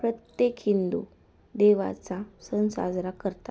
प्रत्येक हिंदू देवाचा सण साजरा करतात